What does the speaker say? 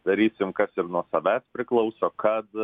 darysim kas ir nuo savęs priklauso kad